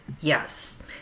Yes